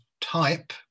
type